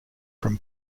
from